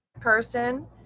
person